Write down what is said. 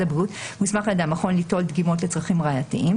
הבריאות והוסמך על ידי המכון ליטול דגימות לצרכים ראייתיים,